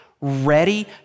ready